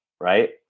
right